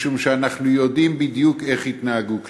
משום שאנחנו יודעים בדיוק איך יתנהגו כלפיהם.